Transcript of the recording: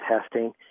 testing